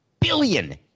billion